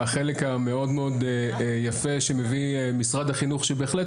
החלק המאוד מאוד יפה שמביא משרד החינוך שבהחלט,